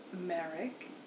Merrick